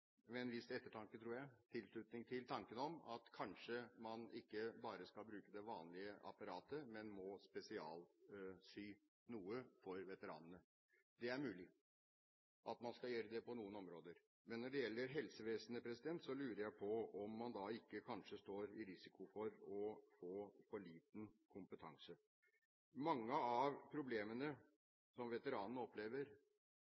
med en viss ettertanke, tror jeg, tilslutning til tanken om at man kanskje ikke bare skal bruke det vanlige apparatet, men må spesialsy noe for veteranene. Det er mulig at man skal gjøre det på noen områder. Men når det gjelder helsevesenet, lurer jeg på om man ikke da kanskje står i risiko for å få for liten kompetanse. Mange av